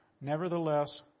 Nevertheless